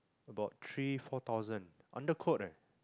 about three four thousand under quote leh